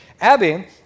Abby